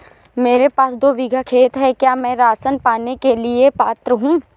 मेरे पास दो बीघा खेत है क्या मैं राशन पाने के लिए पात्र हूँ?